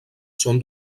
són